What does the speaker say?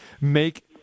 make